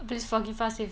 please forgive us if